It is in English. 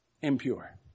impure